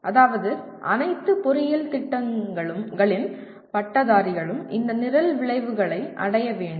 அதாவது அனைத்து பொறியியல் திட்டங்களின் பட்டதாரிகளும் இந்த நிரல் விளைவுகளை அடைய வேண்டும்